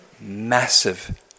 massive